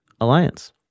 Alliance